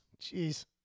Jeez